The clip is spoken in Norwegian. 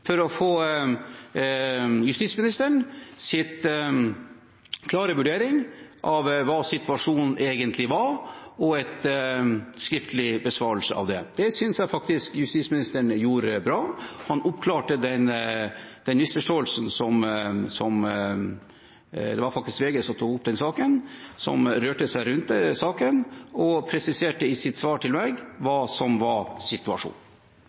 for å få justisministerens klare vurdering av hva situasjonen egentlig var, og en skriftlig besvarelse av det. Det synes jeg justisministeren gjorde bra. Han oppklarte den misforståelsen – det var VG som tok opp denne saken – som rørte seg rundt saken, og presiserte i sitt svar til meg hva som var situasjonen.